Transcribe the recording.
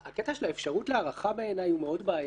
האפשרות להארכה בעיניי היא מאוד בעייתית,